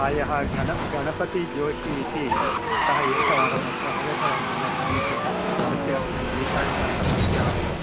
प्रायः गण गणपतिजोषि इति सः एकवारम् अत्र आगतवान् मम समीपे तस्यापि एषा एव समस्या आसीत्